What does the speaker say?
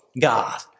God